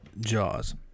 Jaws